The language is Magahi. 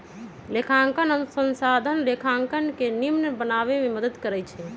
लेखांकन अनुसंधान लेखांकन के निम्मन बनाबे में मदद करइ छै